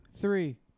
three